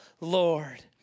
Lord